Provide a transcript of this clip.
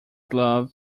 glove